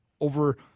over